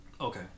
Okay